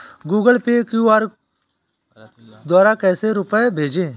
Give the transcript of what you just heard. Google Pay QR द्वारा कैसे रूपए भेजें?